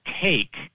take